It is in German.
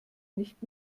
nicht